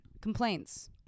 complaints